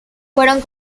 fueron